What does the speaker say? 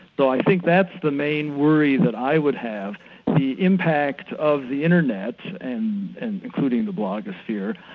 so i think that's the main worry that i would have the impact of the internet and and including the blogosphere,